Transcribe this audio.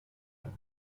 home